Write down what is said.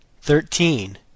thirteen